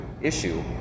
issue